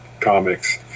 comics